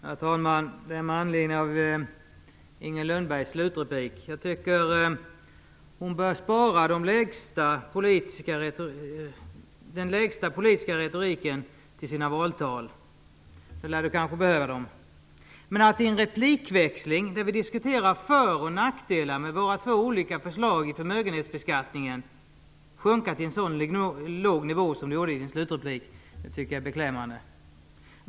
Herr talman! Jag begärde ordet med anledning av Inger Lundbergs slutreplik. Jag tycker att hon bör spara den lägsta politiska retoriken till sina valtal. Där lär hon behöva dem. Men att i en replikväxling där vi diskuterar för och nackdelar med våra två olika förslag i förmögenhetsbeskattningen sjunka till en så låg nivå som hon gjorde i sin slutreplik tycker jag är beklämmande.